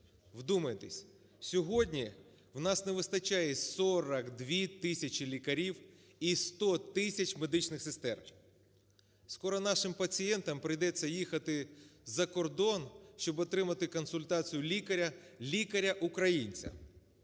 Вдумайтеся, сьогодні у нас не вистачає 42 тисячі лікарів і 100 тисяч медичних сестер. Скоро нашим пацієнтам прийдеться їхати за кордон, щоб отримати консультацію лікаря, лікаря